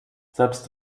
selbst